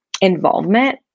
involvement